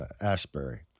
ashbury